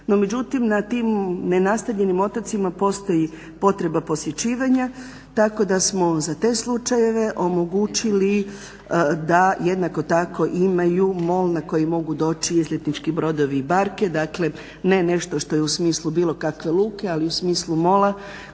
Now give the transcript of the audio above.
međutim, na tim nenastanjenim otocima postoji potreba posjećivanja tako da smo za te slučajeve omogućili da jednako tako imaju mol na koji mogu doći izletnički brodovi i barke, dakle ne nešto što je u smislu bilo kakve luke ali u smislu mola